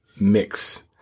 mix